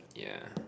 yeah